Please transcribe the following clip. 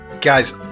guys